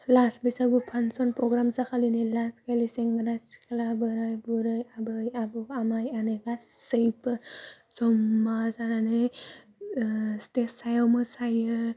लास बैसागु function program जाखालिनि लास खालि सेंग्रा सिख्ला बोराय बुरै आबै आबौ आमाय आनै गासैबो जमा जानानै स्टेस सायाव मोसायो